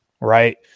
Right